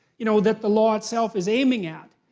you know, that the law itself is aiming at.